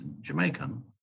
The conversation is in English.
Jamaican